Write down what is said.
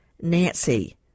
nancy